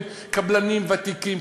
קבלנים ותיקים,